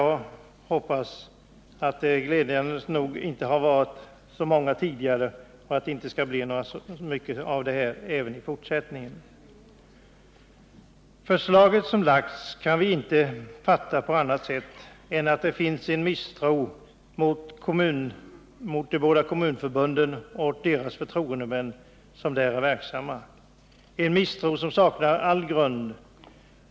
Glädjande nog har detta inte förekommit så ofta tidigare, och jag hoppas att det inte skall göra det i fortsättningen heller. Det förslag som har lagts kan vi inte fatta på annat sätt än att det finns en misstro mot de båda kommunförbunden och de förtroendemän som är verksamma där — en misstro som saknar all grund.